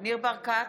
ניר ברקת,